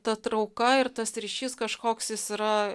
ta trauka ir tas ryšys kažkoks jis yra